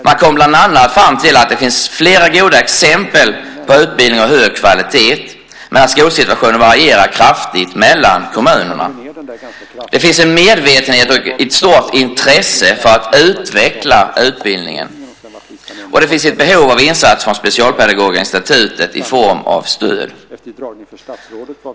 Man kom bland annat fram till att det finns flera goda exempel på utbildning av hög kvalitet men att skolsituationen varierar kraftigt mellan kommunerna. Det finns en medvetenhet och ett stort intresse för att utveckla utbildningen. Och det finns ett behov av insatser från Specialpedagogiska institutet i form av stöd.